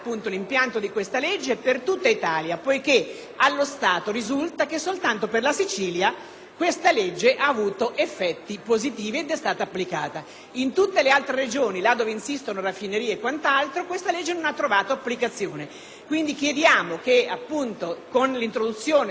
essa ha avuto effetti positivi ed è stata applicata. In tutte le altre Regioni, laddove insistono raffinerie e quant'altro, la suddetta legge non ha trovato applicazione. Quindi chiediamo che, con l'introduzione della normativa che riguarda il federalismo, venga applicato l'articolo 113 della legge che ho citato,